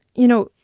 you know,